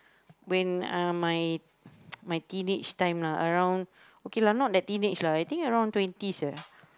when uh my my teenage time lah around okay lah not like teenage lah I think around twenties ah